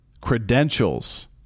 credentials